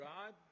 God